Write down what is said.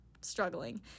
struggling